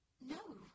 No